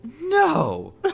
No